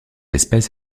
espèce